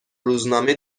روزنامه